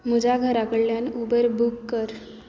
म्हज्या घरा कडल्यान उबर बूक कर